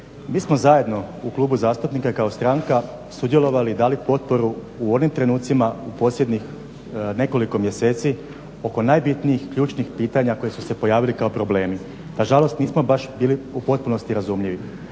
mi smo zajedno u klubu zastupnika kao stranka sudjelovali, dali potporu u onim trenucima u posljednjih nekoliko mjeseci oko najbitnijih ključnih pitanja koje su se pojavili kao problemi. Nažalost nismo baš bili u potpunosti razumljivi.